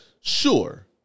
Sure